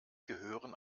gehören